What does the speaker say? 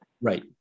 Right